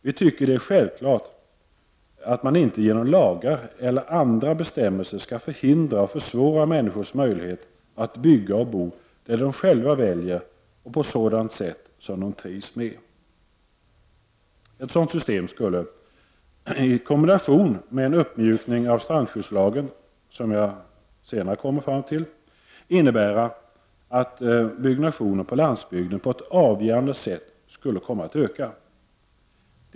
Vi tycker att det är självklart att man inte genom lagar eller andra bestämmelser skall förhindra och försvåra människors möjlighet att bygga och bo där de själva väljer och på sådant sätt som de trivs med. Ett sådant system skulle, i kombination med en uppmjukning av strandskyddslagen — vilket jag senare kommer in på — innebära att byggnationen på landsbygden på ett avgörande sätt kommer att öka.